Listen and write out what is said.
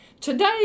Today